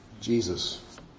Jesus